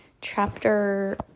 chapter